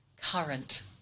current